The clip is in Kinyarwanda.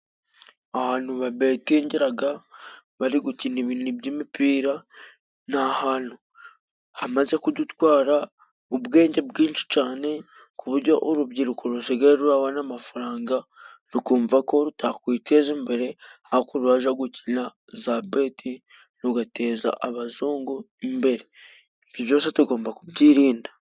Ahantu babetingiraga bari gukina ibintu by'imipira. Ni ahantu hamaze kudutwara ubwenge bwinshi cane, ku bujyo urubyiruko rusigaye rurabona amafaranga, rukumva ko rutakwiteza imbere, ahuko rukaja gukina za beti, rugateza abazungu imbere. Ibyo byose tugomba kubyirinda.